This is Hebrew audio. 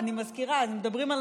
אני מזכירה: אנחנו מדברים על